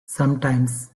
sometimes